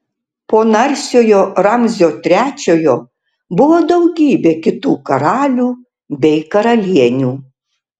po narsiojo ramzio trečiojo buvo daugybė kitų karalių bei karalienių